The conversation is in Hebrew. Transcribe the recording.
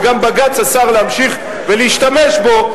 וגם בג"ץ אסר להמשיך ולהשתמש בו,